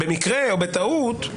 במקרה או בטעות,